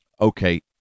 Okay